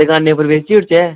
दुकानै र बेची ओड़चै